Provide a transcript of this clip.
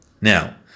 Now